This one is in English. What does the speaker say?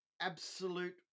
Absolute